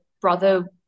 brother